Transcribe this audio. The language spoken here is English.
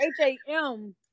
H-A-M